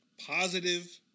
Positive